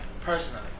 personally